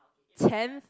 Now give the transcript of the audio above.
tenth